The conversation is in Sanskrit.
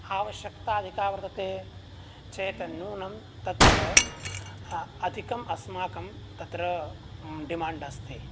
आवश्यकता अधिका वर्तते चेत् नूनं तत्र अधिकम् अस्माकं तत्र डिमाण्ड् अस्ति